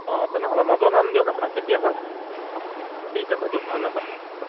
অঁ তেনেহ'লে মই জনাম দিয়ক আপোনাক কেতিয়া হয় অঁ ঠিক আছে দিয়ক ধন্যবাদ অঁ